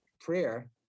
prayer